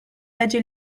legge